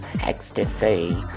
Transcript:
ecstasy